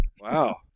Wow